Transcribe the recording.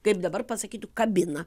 kaip dabar pasakytų kabina